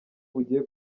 bugiye